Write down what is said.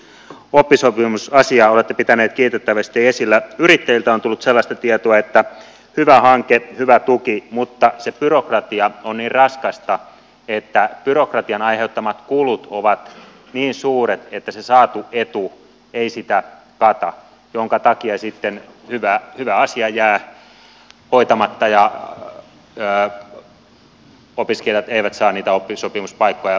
oppisopimusasiaa olette pitänyt kiitettävästi esillä ja yrittäjiltä on tullut sellaista tietoa että hyvä hanke hyvä tuki mutta se byrokratia on niin raskasta että byrokratian aiheuttamat kulut ovat niin suuret että se saatu etu ei sitä kata minkä takia sitten hyvä asia jää hoitamatta ja opiskelijat eivät saa niitä oppisopimuspaikkoja toivotulla tavalla